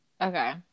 Okay